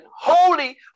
holy